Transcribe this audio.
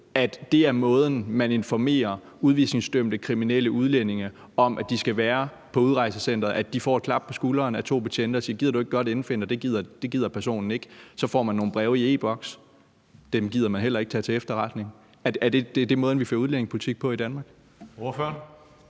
at det er måden, man informerer udvisningsdømte kriminelle udlændinge om, at de skal være på udrejsecenteret, altså at de får et klap på skulderen af to betjente, der spørger, om ikke godt personen gider indfinde sig? Men det gider personen ikke, og så får man nogle breve i e-Boks, men dem gider man heller ikke tage til efterretning. Er det måden, vi fører udlændingepolitik på i Danmark?